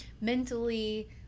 mentally